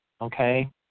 Okay